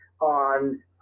on